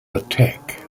attack